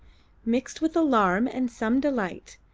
mixed with alarm and some delight,